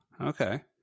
okay